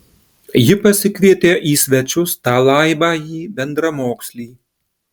ji pasikvietė į svečius tą laibąjį bendramokslį